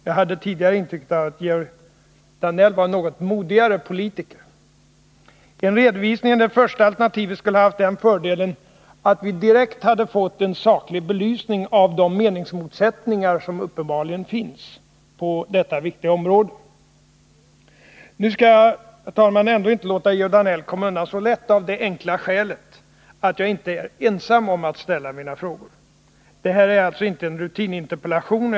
Jag hade tidigare intrycket att Georg Danell var en något modigare politiker. En redovisning enligt det första alternativet skulle ha haft den fördelen att vi direkt hade fått en saklig belysning av de meningsmotsättningar som uppenbarligen finns på detta viktiga område. Nu skall jag ändå inte låta Georg Danell komma så lätt undan, av det enkla skälet att jag inte är ensam om att ställa mina frågor. Det här är inte en rutininterpellation.